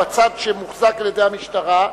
בצד שמוחזק על-ידי המשטרה,